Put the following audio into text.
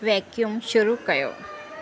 वेक्यूमु शुरू कयो